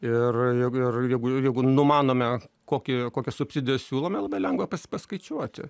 ir ir ir jeigu jeigu numanome kokį kokią subsidiją siūlome labai lengva paskaičiuoti